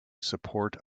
support